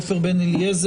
עופר בן אליעזר,